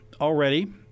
already